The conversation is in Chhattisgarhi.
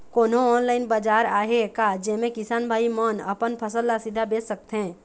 कोन्हो ऑनलाइन बाजार आहे का जेमे किसान भाई मन अपन फसल ला सीधा बेच सकथें?